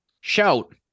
Shout